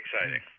exciting